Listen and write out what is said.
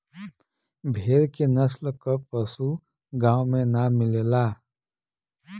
भेड़ के नस्ल क पशु गाँव में ना मिलला